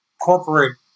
corporate